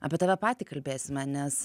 apie tave patį kalbėsime nes